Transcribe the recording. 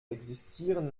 existieren